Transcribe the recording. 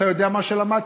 אתה יודע מה למדתי?